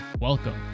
Welcome